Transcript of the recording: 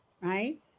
Right